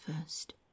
first